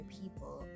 people